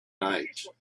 night